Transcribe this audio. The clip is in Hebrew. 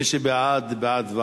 מי שבעד, בעד